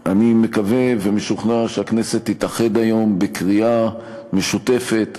אני מקווה ומשוכנע שהכנסת תתאחד היום בקריאה משותפת,